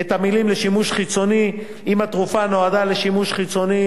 את המלים "לשימוש חיצוני" אם התרופה נועדה לשימוש חיצוני.